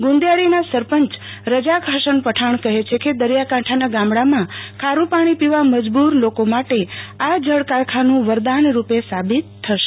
ગુંદીથાળીના સરપંચ રઝાક હસન પઠાણ કહે છે કે દરિયાકાંઠાના ગામડામાં ખાડું પાણી પીવા મજબુર લોકો માટે આ જળ કારખાનું વરદાનરૂપ સાબિત થશે